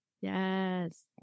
Yes